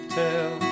tell